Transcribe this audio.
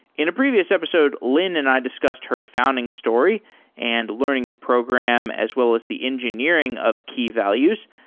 in a previous episode, lynne and i discussed her founding story and learning to program as well as the engineering of key values.